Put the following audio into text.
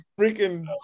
Freaking